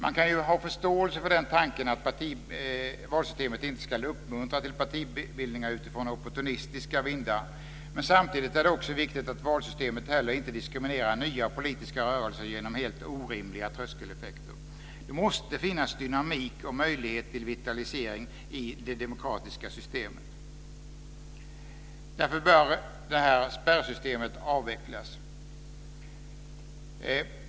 Man kan ha förståelse för tanken att valsystemet inte ska uppmuntra till partibildningar utifrån opportunistiska vindar, men samtidigt är det viktigt att valsystemet heller inte diskriminerar nya politiska rörelser genom helt orimliga tröskeleffekter. Det måste finnas dynamik och möjlighet till vitalisering i det demokratiska systemet. Därför bör spärrsystemet avvecklas.